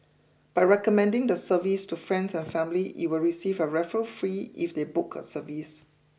by recommending the service to friends and family you will receive a referral free if they book a service